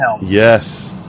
Yes